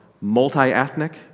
multi-ethnic